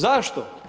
Zašto?